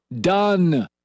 Done